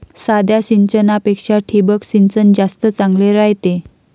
साध्या सिंचनापेक्षा ठिबक सिंचन जास्त चांगले रायते